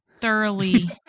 Thoroughly